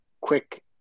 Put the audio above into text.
quick